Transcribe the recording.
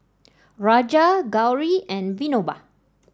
Raja Gauri and Vinoba